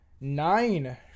Nine